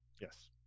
yes